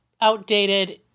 outdated